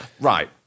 right